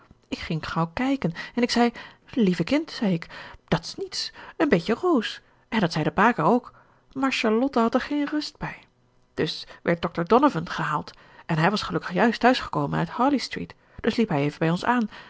ik ging gauw kijken en ik zei lieve kind zei ik dat is niets een beetje roos en dat zei de baker ook maar charlotte had er geen rust bij dus werd dr donovan gehaald en hij was gelukkig juist thuis gekomen uit harley street dus liep hij even bij ons aan